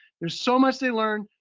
there's so much they learn,